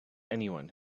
anyone